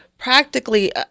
practically